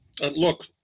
Look